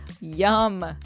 yum